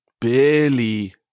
barely